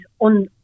on